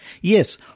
Yes